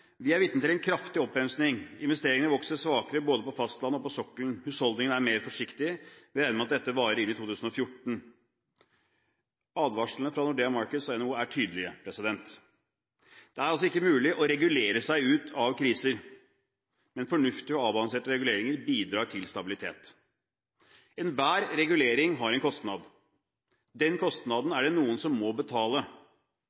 «Vi er vitne til en kraftig oppbremsing. Investeringene vokser svakere både på fastlandet og på sokkelen. Husholdningene er mer forsiktige. Vi regner med at dette varer inn i 2014.» Advarslene fra Nordea Markets og NHO er tydelige. Det er altså ikke mulig å regulere seg ut av kriser, men fornuftige og avbalanserte reguleringer bidrar til stabilitet. Enhver regulering har en kostnad. Den kostnaden